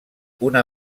una